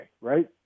right